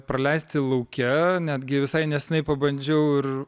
praleisti lauke netgi visai neseniai pabandžiau ir